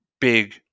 big